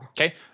Okay